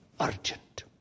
urgent